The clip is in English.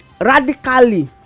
Radically